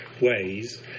ways